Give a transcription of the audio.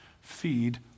Feed